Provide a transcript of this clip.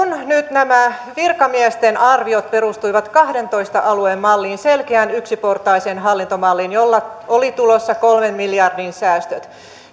nämä virkamiesten arviot perustuivat kahteentoista alueen malliin selkeään yksiportaiseen hallintomalliin jolla oli tulossa kolmen miljardin säästöt